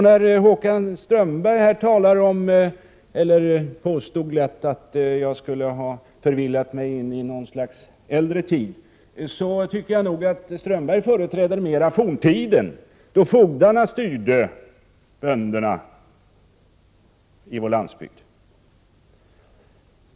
När Håkan Strömberg här påstår att jag skulle ha förvillat mig in i något slags äldre tid, så tycker jag att det snarare är Håkan Strömberg som företräder forntiden då fogdarna styrde bönderna på vår landsbygd.